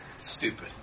stupid